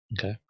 Okay